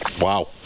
Wow